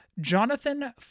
Jonathan